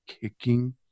kicking